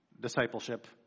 discipleship